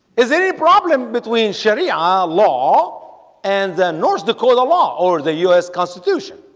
is any problem between sharia law and then north dakota law or the us constitution?